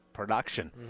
production